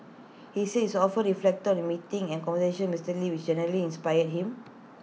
he says often reflected on the meetings and conversations Mister lee which greatly inspired him